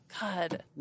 God